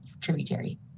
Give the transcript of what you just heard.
Tributary